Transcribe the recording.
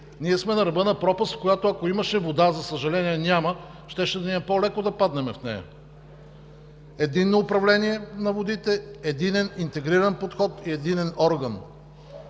Ние сме на ръба на пропаст, в която, ако имаше вода, за съжаление няма, щеше да ни е по-леко да паднем в нея. Единно управление на водите, единен интегриран подход и единен орган,